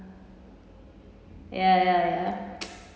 ya ya ya